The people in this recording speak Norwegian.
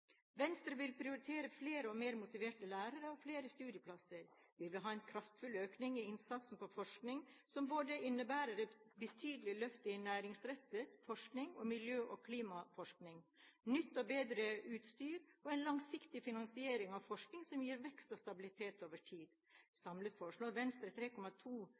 Venstre vil prioritere flere og mer motiverte lærere og flere studieplasser. Vi vil ha en kraftfull økning i innsatsen på forskning, som innebærer både et betydelig løft i næringsrettet forskning, miljø- og klimaforskning, nytt og bedre utstyr og en langsiktig finansiering av forskning som gir vekst og stabilitet over tid. Samlet foreslår Venstre 3,2